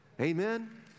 Amen